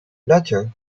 later